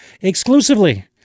exclusively